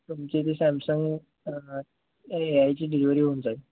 तुमची ती Samsung A आयची डिलिवरी होऊन जाईल